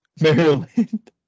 Maryland